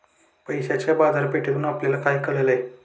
पैशाच्या बाजारपेठेतून आपल्याला काय कळले?